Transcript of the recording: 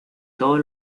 todos